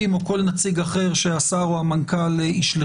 של משרד המשפטים או לכל נציג אחר שהשר או המנכ"ל ישלחו.